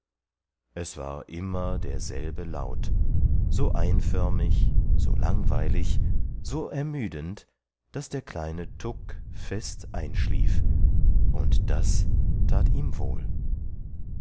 es war immer derselbe laut so einförmig so langweilig so ermüdend daß der kleine tuk fest einschlief und das that ihm wohl